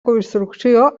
construcció